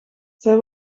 zij